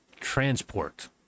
transport